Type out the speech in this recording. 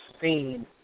seen